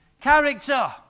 Character